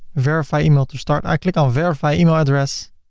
verify email to start. i click on verify email address,